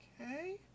Okay